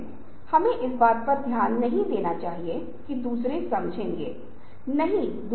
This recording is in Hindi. इसलिए यदि आपने स्पॉट विज्ञापन देखा है यदि आप प्रिंट विज्ञापन देख रहे हैं तो आप इसका अर्थ समझ पाएंगे